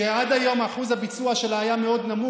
שעד היום אחוז הביצוע שלה היה מאוד נמוך,